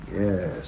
Yes